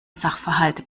sachverhalte